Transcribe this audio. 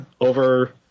over